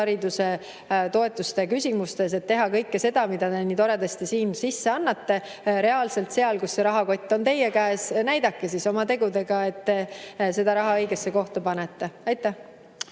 alushariduse toetuste küsimustes, et teha kõike seda, mida te nii toredasti siin sisse annate, reaalselt seal, kus see rahakott on teie käes. Näidake siis oma tegudega, et te raha õigesse kohta panete! Aitäh!